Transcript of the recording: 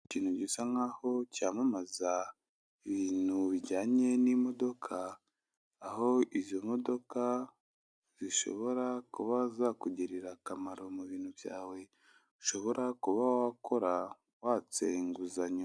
Ikintu gisa nkaho cyamamaza ibintu bijyanye n'imodoka, aho izo modoka zishobora kuba zakugirira akamaro mu bintu byawe ushobora kuba wakora watse inguzanyo.